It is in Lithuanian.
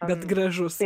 bet gražus